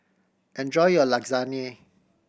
enjoy your Lasagna